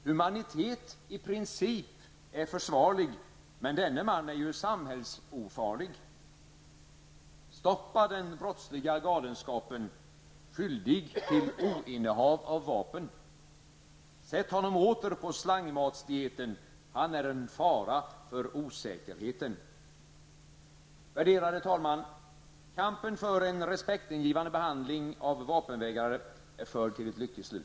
Humanitet, i princip, är försvarlig, men denne man är ju samhällsofarlig! skyldig till oinnehav av vapen! Sätt honom åter på slangmatsdieten! Han är en fara för osäkerheten.'' Värderade talman! Kampen för en respektingivande behandling av vapenvägrare är förd till ett lyckligt slut.